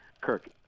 Kirk